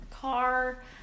car